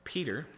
Peter